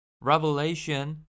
Revelation